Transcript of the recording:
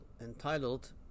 entitled